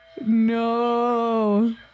No